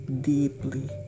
deeply